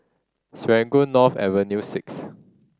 Serangoon North Avenue Six